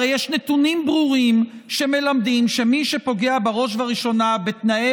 הרי יש נתונים ברורים שמלמדים שמי שפוגע בראש ובראשונה בתנאי